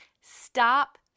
Stop